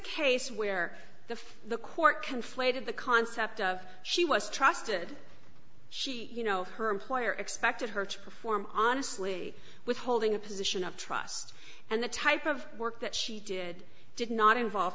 case where the the court conflated the concept of she was trusted she you know her employer expected her to perform honestly withholding a position of trust and the type of work that she did did not involve